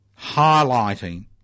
highlighting